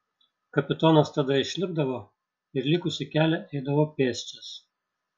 kapitonas tada išlipdavo ir likusį kelią eidavo pėsčias